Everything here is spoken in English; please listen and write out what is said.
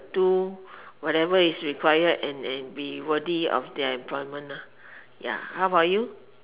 do whatever is required and and be worthy of that employment ya how about you